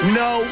no